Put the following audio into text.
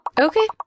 Okay